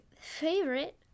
favorite